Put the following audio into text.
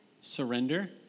surrender